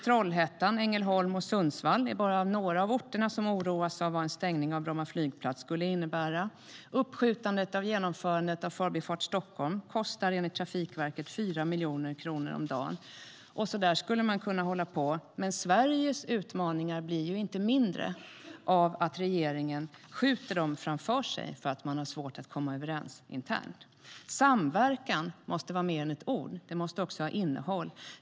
Trollhättan, Ängelholm och Sundsvall är bara några av de orter där man oroas över vad en stängning av Bromma flygplats skulle innebära. Uppskjutandet av genomförandet av Förbifart Stockholm kostar enligt Trafikverket 4 miljoner kronor om dagen. Så där skulle man kunna hålla på, men Sveriges utmaningar blir inte mindre av att regeringen skjuter dem framför sig för att man har svårt att komma överens internt. Samverkan måste vara mer än ett ord. Det måste också ha innehåll.